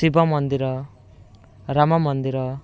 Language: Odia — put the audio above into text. ଶିବ ମନ୍ଦିର ରାମ ମନ୍ଦିର